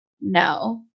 no